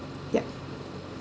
yup `